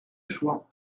choix